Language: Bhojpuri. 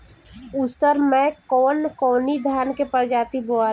उसर मै कवन कवनि धान के प्रजाति बोआला?